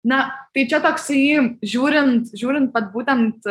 na tai čia toksai žiūrint žiūrint vat būtent